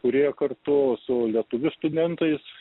kurie kartu su lietuvių studentais